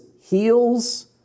heals